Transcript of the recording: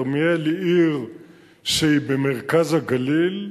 כרמיאל היא עיר במרכז הגליל,